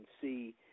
see